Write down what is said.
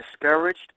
discouraged